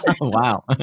Wow